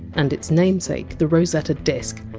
and its namesake the rosetta disk,